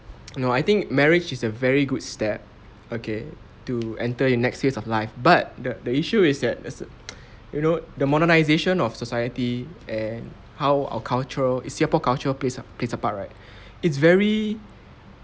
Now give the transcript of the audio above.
no I think marriage is a very good step okay to enter in next phase of life but the issue is that there's a you know the modernisation of society and how our cultural singapore cultural plays plays a part right it's very